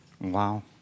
Wow